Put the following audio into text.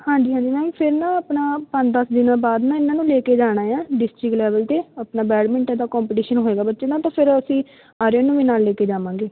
ਹਾਂਜੀ ਹਾਂਜੀ ਮੈਮ ਫਿਰ ਨਾ ਆਪਣਾ ਪੰਜ ਦਸ ਦਿਨਾਂ ਬਾਅਦ ਨਾ ਇਹਨਾਂ ਨੂੰ ਲੈ ਕੇ ਜਾਣਾ ਆ ਡਿਸਟ੍ਰਿਕਟ ਲੈਵਲ 'ਤੇ ਆਪਣਾ ਬੈਡਮਿੰਟਨ ਦਾ ਕੋਂਪਟੀਸ਼ਨ ਹੋਏਗਾ ਬੱਚੇ ਦਾ ਤਾਂ ਫਿਰ ਅਸੀਂ ਆਰਿਅਨ ਨੂੰ ਵੀ ਨਾਲ ਲੈ ਕੇ ਜਾਵਾਂਗੇ